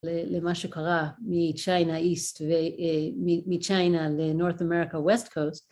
למה שקרה מצ'יינה איסט ומצ'יינה לנורט אמריקה ווסט קוסט